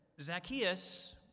Zacchaeus